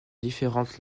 différentes